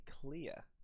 clear